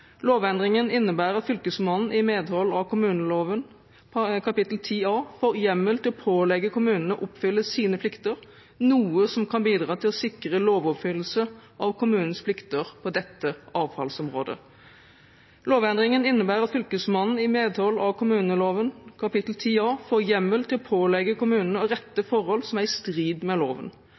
Lovendringen innebærer at Fylkesmannen i medhold av kommuneloven kapittel 10 A får hjemmel til å pålegge kommunene å oppfylle sine plikter, noe som kan bidra til å sikre lovoppfyllelse av kommunens plikter på dette avfallsområdet. Lovendringen innebærer at Fylkesmannen i medhold av kommuneloven kapittel 10 A får hjemmel til å pålegge kommunene å rette forhold som er i strid med loven.